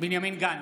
בנימין גנץ,